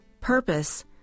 purpose